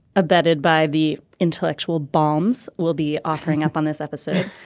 abetted by the intellectual bombs we'll be offering up on this episode.